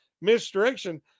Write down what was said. misdirection